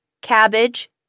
cabbage